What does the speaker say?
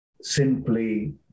simply